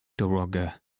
Doroga